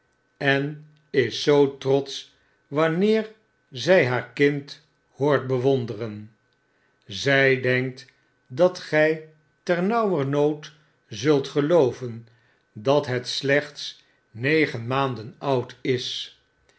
en is zoo trotsch wanneer zij haar kind hoort bewonderen zij denkt dat gy ternauwernood zult gelooven dat het slechts negen maanden oud is